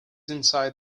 inside